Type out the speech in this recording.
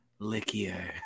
lickier